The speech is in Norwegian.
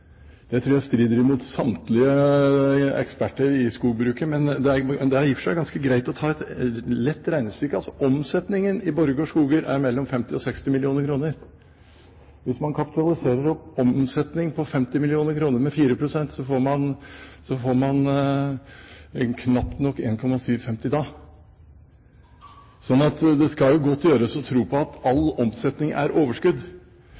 Det tror jeg strider imot synet til samtlige eksperter i skogbruket. Det er i og for seg ganske greit å ta et regnestykke: Omsetningen i Borregaard Skoger er mellom 50 og 60 mill. kr. Hvis man kapitaliserer opp omsetningen på 50 mill. kr med 4 pst., får man knapt nok 1 750 mill. kr da. Sånn at det skal godt gjøres å tro på at all omsetning er overskudd.